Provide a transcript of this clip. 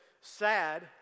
sad